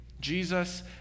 Jesus